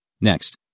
Next